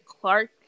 clark